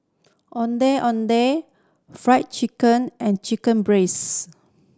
Ondeh Ondeh Fried Chicken and chicken